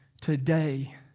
today